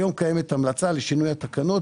היום קיימת המלצה לשינוי התקנות,